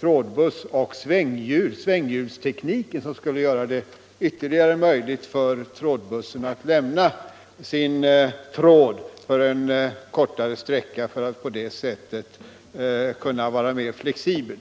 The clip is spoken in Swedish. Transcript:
trådbuss och svänghjulsteknik som skulle göra det möjligt för trådbussen att lämna sin tråd för en kortare sträcka och på det sättet bli mer flexibel.